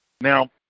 now